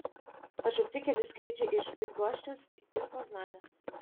atšaukti keli skrydžiai iš bydgoščiaus ir poznanės